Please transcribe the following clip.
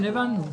הבנתי,